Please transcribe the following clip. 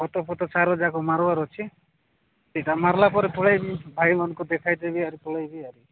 ଖାତ ଫତ ସାର ଯାକ ମାରିବାର ଅଛି ସେଇଟା ମାରିଲା ପରେ ପଳାଇବି ଭାଇମାନଙ୍କୁ ଦେଖାଇଦେବି ଆଉ ପଳାଇବି ଆଉ